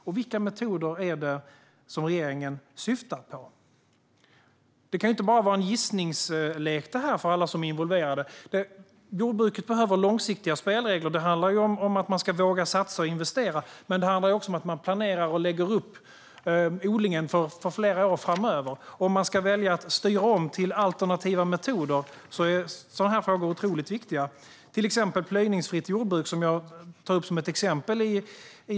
Och vilka metoder är det regeringen syftar på? Det här kan inte bara vara en gissningslek för alla involverade. Jordbruket behöver långsiktiga spelregler. Det handlar om att våga satsa och investera. Men det handlar också om att man planerar och lägger upp odlingen för flera år framöver. Om man ska välja att styra om till alternativa metoder är sådana frågor otroligt viktiga. I interpellationen tar jag upp plöjningsfritt jordbruk som ett exempel.